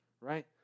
right